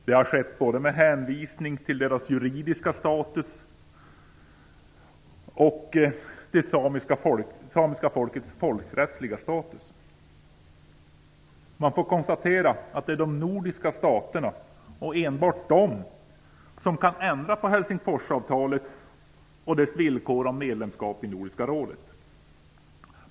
Det har skett både med hänvisning till deras juridiska status och det samiska folkets folkrättsliga status. Man får konstatera att det är de nordiska staterna och enbart de som kan ändra på Helsingforsavtalet och dess villkor om medlemskap i Nordiska rådet.